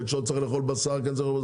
לא צריך לאכול בשר כן צריך לאכול,